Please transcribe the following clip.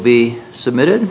be submitted